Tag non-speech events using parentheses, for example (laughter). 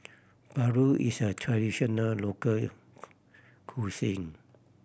paru is a traditional local (unintelligible) cuisine